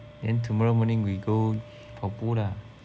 then tomorrow morning we go 跑步 lah